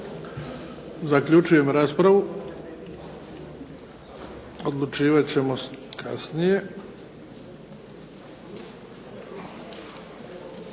Zaključujem raspravu. Odlučivat ćemo kasnije.